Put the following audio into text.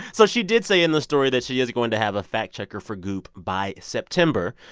so she did say in the story that she is going to have a fact checker for goop by september.